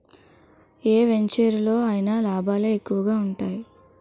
ఏ వెంచెరులో అయినా లాభాలే ఎక్కువగా ఉంటాయి